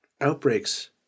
outbreaks